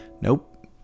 Nope